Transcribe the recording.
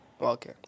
Okay